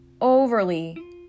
overly